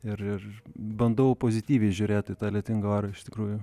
ir ir bandau pozityviai žiūrėti į tą lietingą orą iš tikrųjų